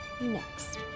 next